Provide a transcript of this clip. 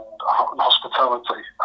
hospitality